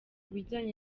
bijyanye